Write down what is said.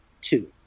two